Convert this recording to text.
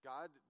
God